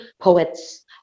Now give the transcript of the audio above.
poets